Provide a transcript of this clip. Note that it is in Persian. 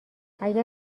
اگر